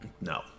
No